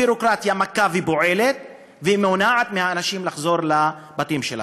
הביורוקרטיה מכה ופועלת ומונעת מהאנשים לחזור לבתים שלהם.